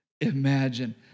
imagine